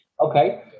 Okay